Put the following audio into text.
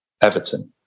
Everton